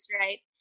right